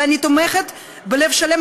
ואני תומכת בלב שלם,